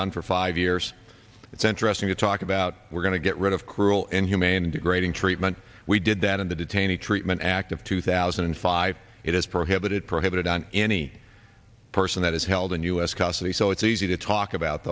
done for five years it's interesting to talk about we're going to get rid of cruel inhumane and degrading treatment we did that in the detainee treatment act of two thousand and five it is prohibited prohibited on any person that is held in u s custody so it's easy to talk about